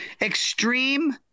Extreme